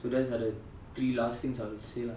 so those are the three last things I'll say lah